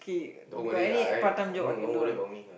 don't worry lah eh I know don't worry about me lah